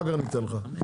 אחר כך ניתן לך.